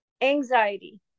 anxiety